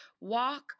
walk